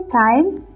times